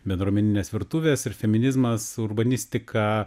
bendruomeninės virtuvės ir feminizmas urbanistika